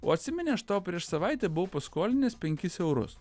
o atsimeni aš tau prieš savaitę buvau paskolinęs penkis eurus